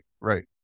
Right